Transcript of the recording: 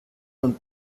und